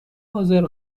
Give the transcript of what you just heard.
حاضر